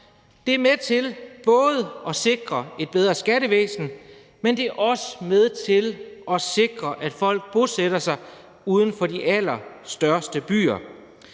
Det er med til at sikre et bedre skattevæsen, men det er også med til at sikre, at folk bosætter sig uden for de allerstørste byer.